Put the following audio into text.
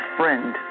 friend